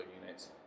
units